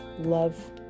love